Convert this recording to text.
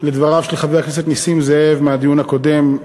לדבריו של חבר הכנסת נסים זאב בדיון הקודם.